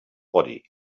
body